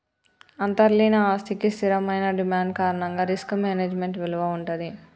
అంతర్లీన ఆస్తికి స్థిరమైన డిమాండ్ కారణంగా రిస్క్ మేనేజ్మెంట్ విలువ వుంటది